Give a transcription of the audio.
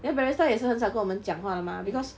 then barista 也是很少跟我们讲话的 mah because